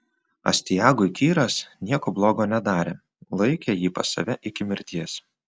astiagui kyras nieko blogo nedarė laikė jį pas save iki mirties